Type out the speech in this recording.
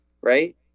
Right